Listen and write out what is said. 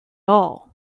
all